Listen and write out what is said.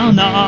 no